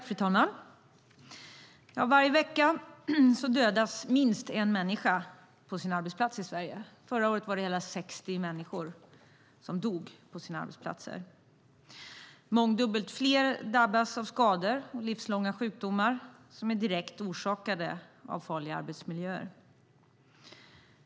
Fru talman! Varje vecka dödas minst en människa på sin arbetsplats i Sverige. Förra året var det hela 60 människor som dog på sina arbetsplatser. Mångdubbelt fler drabbas av skador eller livslånga sjukdomar som är direkt orsakade av farliga arbetsmiljöer.